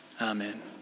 Amen